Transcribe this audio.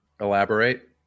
Elaborate